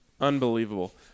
Unbelievable